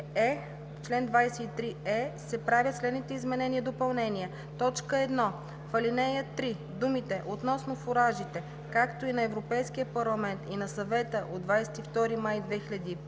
В чл. 23е се правят следните изменения и допълнения: 1. В ал. 3 думите „относно фуражите, както“ и „на Европейския парламент и на Съвета от 22 май 2001